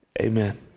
Amen